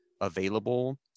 available